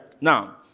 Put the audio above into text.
Now